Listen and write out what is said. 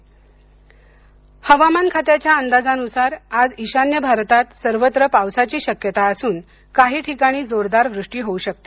हवामान हवामान खात्याच्या अंदाजानुसार आज ईशान्य भारतात सर्वत्र पावसाची शक्यता असून काही ठिकाणी जोरदार वृष्टी होऊ शकते